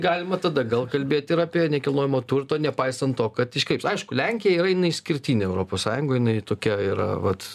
galima tada gal kalbėt ir apie nekilnojamo turto nepaisant to kad iškreips aišku lenkija yra išskirtinė europos sąjungoj jinai tokia yra vat